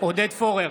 עודד פורר,